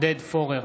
פורר,